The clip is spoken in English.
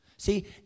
See